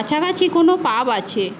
কাছাকাছি কোনও পাব আছে